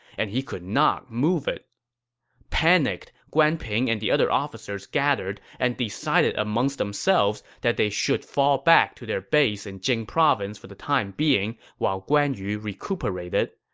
and he could not move it panicked, guan ping and the other officers gathered and decided amongst themselves that they should fall back to their base in jing province for the time being while guan yu recuperated.